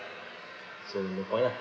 so no point lah